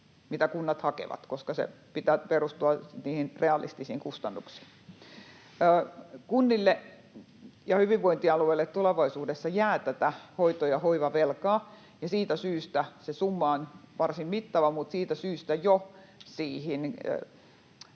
mitä kunnat hakevat, koska sen pitää perustua niihin realistisiin kustannuksiin. Kunnille ja hyvinvointialueille tulevaisuudessa jää tätä hoito- ja hoivavelkaa, ja siitä syystä se summa on varsin mittava. Mutta siitä syystä jo siihen